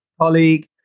colleague